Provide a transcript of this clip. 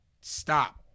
stop